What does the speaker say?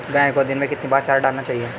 गाय को दिन में कितनी बार चारा डालना चाहिए?